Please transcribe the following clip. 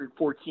114